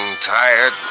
tired